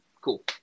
cool